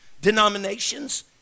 denominations